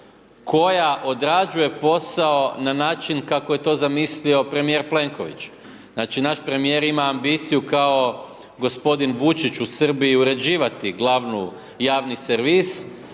koja odrađuje posao na način kako je to zamislio premjer Plenković, znači naš premjer ima ambiciju kao gospodin Vučić u Srbiju uređivati glavnu, javni servis,